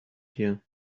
here